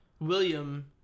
William